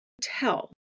tell